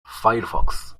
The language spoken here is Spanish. firefox